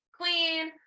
queen